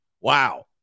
Wow